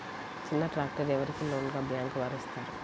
చిన్న ట్రాక్టర్ ఎవరికి లోన్గా బ్యాంక్ వారు ఇస్తారు?